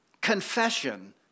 confession